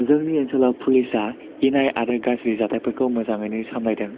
जोंनि ओनसोलाव पुलिसा इनाय आरो गाज्रि जाथायफोरखौ मोजाङैनो सामलायदों